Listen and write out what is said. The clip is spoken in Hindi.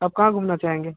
आप कहाँ घूमना चाहेंगे